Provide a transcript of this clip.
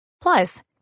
Plus